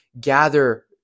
gather